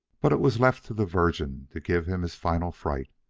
but it was left to the virgin to give him his final fright.